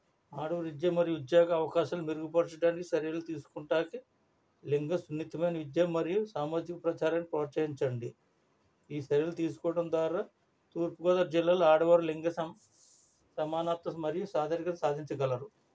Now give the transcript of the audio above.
ఆడవారి విద్యా మరియు ఉద్యోగ అవకాశాలు మెరుగుపరచడానికి చర్యలు తీసుకుంటానికి లింగ సున్నితమైన విద్యా మరియు సామాజిక ప్రచారాన్ని ప్రోత్సహించండి ఈ చర్యలు తీసుకోవడం ద్వారా తూర్పుగోదావరి జిల్లాలో ఆడవారి లింగ సమస్ సమానాత్మక మరియు సాధరికత సాధించగలరు